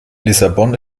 lissabon